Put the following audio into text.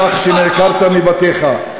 אחר כך שנעקרת מבתיך.